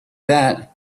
that